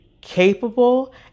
capable